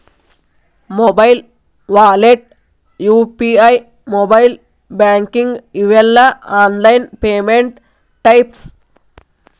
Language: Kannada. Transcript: mobile wallet UPI mobile banking ಇವೆಲ್ಲ ಆನ್ಲೈನ್ ಪೇಮೆಂಟ್ ಟೈಪ್ಸ್